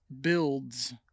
builds